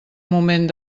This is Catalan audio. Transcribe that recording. moment